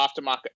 aftermarket